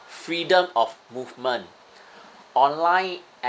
freedom of movement online